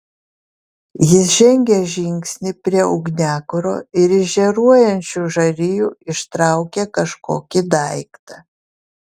jis žengė žingsnį prie ugniakuro ir iš žėruojančių žarijų ištraukė kažkokį daiktą